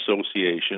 association